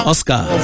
Oscar